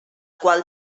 qual